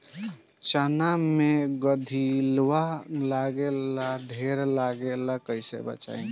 चना मै गधयीलवा लागे ला ढेर लागेला कईसे बचाई?